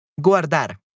Guardar